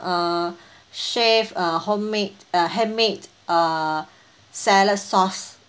uh chef uh homemade uh handmade uh salad sauce